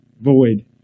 void